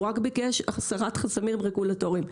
הוא רק ביקש החסרת חסמים רגולטוריים.